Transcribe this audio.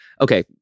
Okay